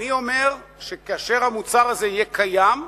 אני אומר, שכאשר המוצר הזה יהיה קיים,